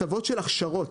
הטבות של הכשרות.